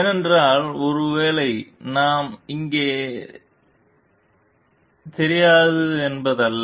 ஏனென்றால் ஒருவேளை நாம் இங்கே தெரியாது என்பது அல்ல